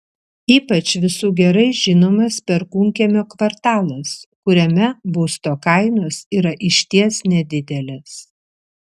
ypač visų gerai žinomas perkūnkiemio kvartalas kuriame būsto kainos yra išties nedidelės